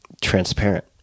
transparent